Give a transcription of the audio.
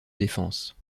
défense